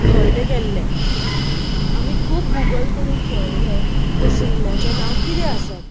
घरटे केल्ले आमी खूब गुगल करून पळयलें ते सुकण्याचें नांव कितें आसत